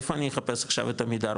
איפה אני אחפש עכשיו את עמידר?